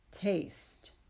Taste